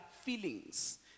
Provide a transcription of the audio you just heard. feelings